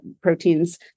proteins